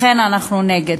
לכן אנחנו נגד.